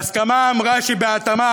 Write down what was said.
ההסכמה אמרה שבהתאמה,